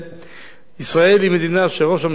ישראל היא מדינה שבה ראש הממשלה היתה אשה,